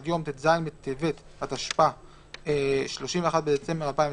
עד יום ט"ז בטבת התשפ"א (31 בדצמבר 2021)